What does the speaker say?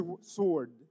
sword